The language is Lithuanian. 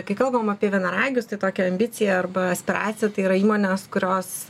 kai kalbam apie vienaragius tai tokia ambicija arba aspiracija tai yra įmonės kurios